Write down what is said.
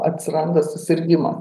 atsiranda susirgimo